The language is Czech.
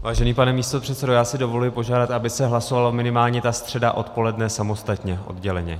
Vážený pane místopředsedo, já si dovoluji požádat, aby se hlasovala minimálně ta středa odpoledne samostatně, odděleně.